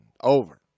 over